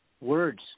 words